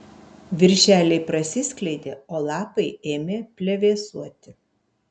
viršeliai prasiskleidė o lapai ėmė plevėsuoti